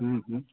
हुँ हुँ